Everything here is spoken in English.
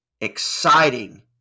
exciting